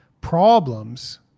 problems